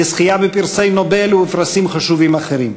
לזכייה בפרסי נובל ובפרסים חשובים אחרים.